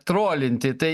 trolinti tai